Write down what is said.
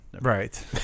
right